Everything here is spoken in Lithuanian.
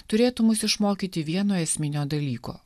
turėtų mus išmokyti vieno esminio dalyko